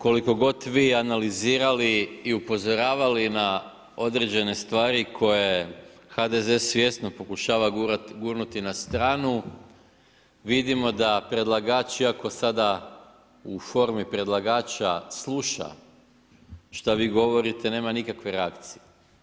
Koliko god vi analizirali i upozoravali na određene stvari koje HDZ svjesno pokušava gurnuti na stranu, vidimo da predlagač iako sada u formi predlagača sluša šta vi govorite, nema nikakve reakcije.